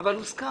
אבל כבר הוסכם.